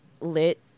lit